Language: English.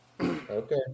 Okay